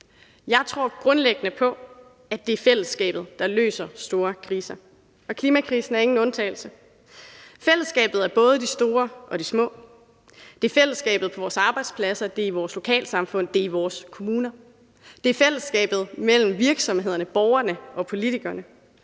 Jeg tror grundlæggende på, at det er fællesskabet, der løser store kriser, og klimakrisen er ingen undtagelse. Fællesskabet er både de store og de små. Det er fællesskabet på vores arbejdspladser. Det er vores lokalsamfund. Det er vores kommuner. Det er fællesskabet mellem virksomhederne, borgerne og politikerne.